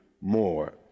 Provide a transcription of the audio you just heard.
more